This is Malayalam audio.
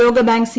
ലോകബാങ്ക് സി